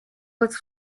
was